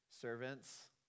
servants